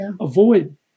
avoid